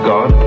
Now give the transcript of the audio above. God